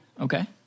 Okay